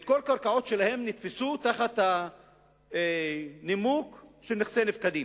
כל הקרקעות שלהם נתפסו בנימוק של נכסי נפקדים.